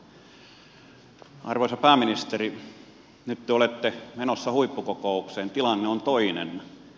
arvoisa pääministeri nyt te olette menossa huippukokoukseen tilanne on toinen